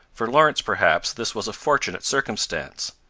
for lawrence, perhaps, this was a fortunate circumstance.